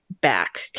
back